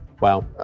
Wow